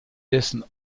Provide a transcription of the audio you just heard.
dessen